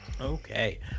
okay